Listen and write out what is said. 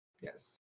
Yes